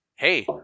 hey